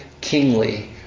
kingly